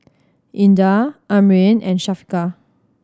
Indah Amrin and Syafiqah